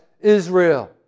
Israel